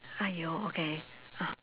!aiyo! okay ah